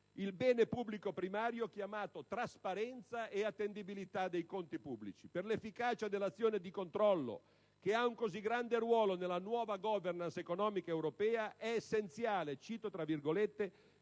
il bene pubblico primario chiamato trasparenza e attendibilità dei conti pubblici. Per l'efficacia dell'azione di controllo, che ha un così grande ruolo nella nuova *governance* economica europea, «è essenziale che siano corrette